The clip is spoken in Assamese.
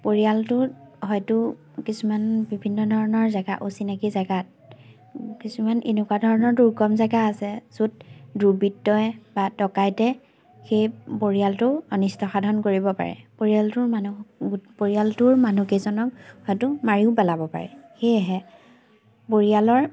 পৰিয়ালটোত হয়তো কিছুমান বিভিন্ন ধৰণৰ জেগা অচিনাকি জেগাত কিছুমান এনেকুৱা ধৰণৰ দুৰ্গম জেগা আছে য'ত দুৰ্বিত্তই বা ডকাইতে সেই পৰিয়ালটো অনিষ্ট সাধন কৰিব পাৰে পৰিয়ালটোৰ মানুহ পৰিয়ালটোৰ মানুহকেইজনক হয়তো মাৰিও পেলাব পাৰে সেয়েহে পৰিয়ালৰ